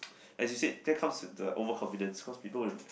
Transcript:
as you said faith comes with the over confidence cause people will